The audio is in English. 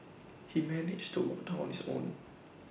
he managed to to walk down on his own